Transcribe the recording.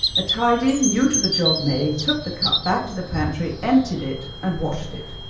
a tidy, new to the job maid took the cup back to the pantry, emptied it, and washed it.